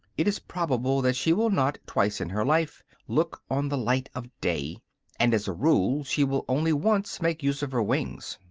it is probable that she will not, twice in her life, look on the light of day and as a rule she will only once make use of her wings.